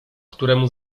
któremu